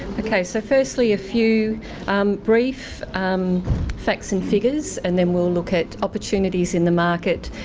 okay, so firstly a few um brief um facts and figures, and then we'll look at opportunities in the market,